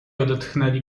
odetchnęli